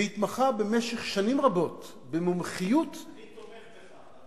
והתמחה במשך שנים רבות במומחיות --- אני תומך בך,